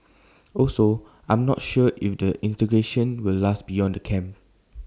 also I'm not sure if the integration will last beyond the camp